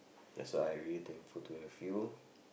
that's why I really thankful to have you